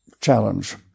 challenge